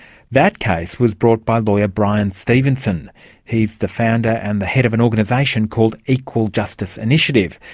that case was brought by lawyer bryan stevenson he's the founder and the head of an organisation called equal justice initiative.